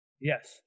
Yes